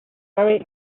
very